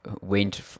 went